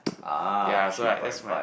yea so like that's my